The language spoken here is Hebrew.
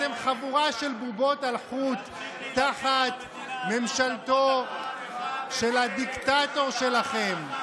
אתם חבורה של בובות על חוט תחת ממשלתו של הדיקטטור שלכם.